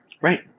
Right